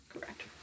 Correct